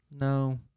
No